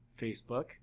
Facebook